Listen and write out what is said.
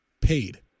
paid